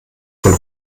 von